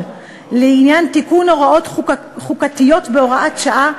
לעניין תיקון הוראות חוקתיות בהוראת שעה,